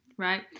right